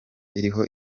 iriho